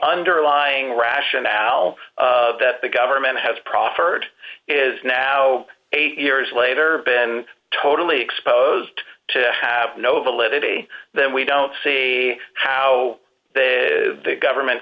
underlying rationale that the government has proffered is now eight years later been totally exposed to have no validity then we don't see how the government